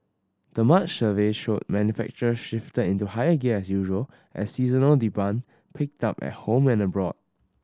the March survey showed manufacturers shifted into higher gear as usual as seasonal demand picked up at home and abroad